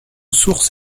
source